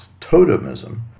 totemism